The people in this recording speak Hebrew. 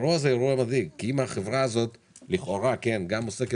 אם החברה הזאת גם עוסקת